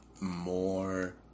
more